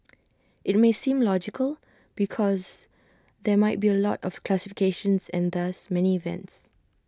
IT may seem logical because there might be A lot of classifications and thus many events